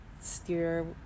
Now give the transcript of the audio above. steer